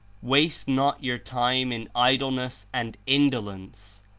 waste not your time in idleness and indolence,